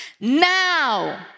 now